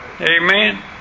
Amen